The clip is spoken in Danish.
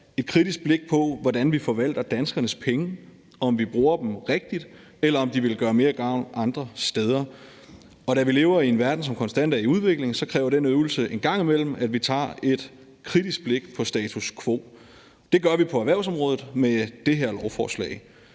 et kritisk blik på, hvordan vi forvalter danskernes penge, altså om vi bruger dem rigtigt, eller om de vil gøre mere gavn andre steder. Da vi lever i en verden, som konstant er i udvikling, kræver den øvelse en gang imellem, at vi tager et kritisk blik på status quo. Det gør vi på erhvervsområdet med det her lovforslag.